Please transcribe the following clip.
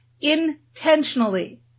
Intentionally